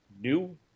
new